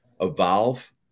evolve